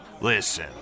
Listen